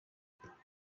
hegazti